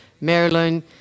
Maryland